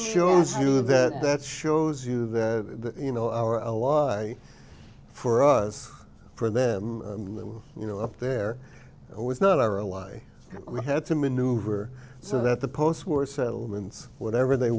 shows you that that shows you that you know our ally for us for them when they were you know up there was not our ally we had to maneuver so that the post war settlements whatever they